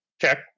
Check